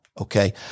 Okay